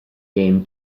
game